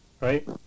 right